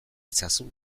itzazu